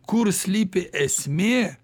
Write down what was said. kur slypi esmė